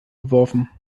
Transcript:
geworfen